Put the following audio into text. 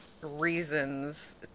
reasons